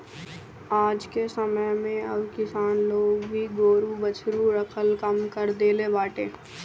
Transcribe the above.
आजके समय में अब किसान लोग भी गोरु बछरू रखल कम कर देले बाटे